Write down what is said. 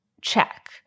check